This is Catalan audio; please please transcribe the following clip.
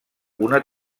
una